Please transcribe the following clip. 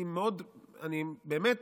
אני באמת